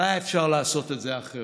אבל היה אפשר לעשות את זה אחרת,